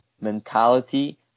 mentality